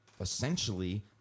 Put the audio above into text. essentially